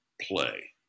play